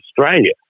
Australia